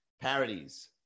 parodies